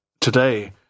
today